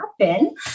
happen